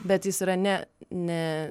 bet jis yra ne ne